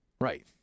Right